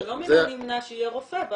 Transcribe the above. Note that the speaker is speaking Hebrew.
לא מן הנמנע שיהיה רופא.